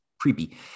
creepy